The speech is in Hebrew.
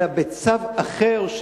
אלא בצו אחר,